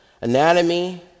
Anatomy